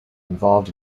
involved